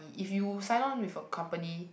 if you sign on with a company